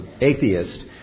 atheist